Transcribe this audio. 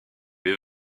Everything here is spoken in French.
les